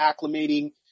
acclimating